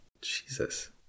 Jesus